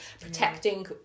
protecting